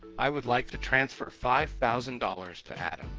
i would like to transfer five thousand dollars to adam.